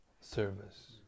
service